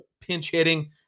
pinch-hitting